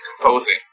composing